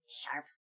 sharp